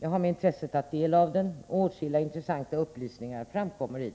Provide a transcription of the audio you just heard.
Jag har med intresse tagit del av berättelsen. Åtskilliga intressanta upplysningar lämnas.